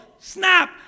Snap